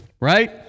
Right